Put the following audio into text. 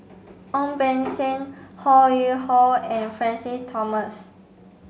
Ong Beng Seng Ho Yuen Hoe and Francis Thomas